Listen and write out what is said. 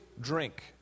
drink